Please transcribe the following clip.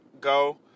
go